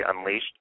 Unleashed